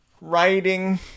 writing